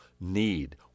need